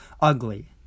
Ugly